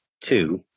two